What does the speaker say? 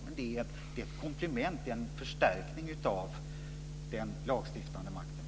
Men de är ett komplement och en förstärkning av den lagstiftande makt som vi har.